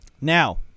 Now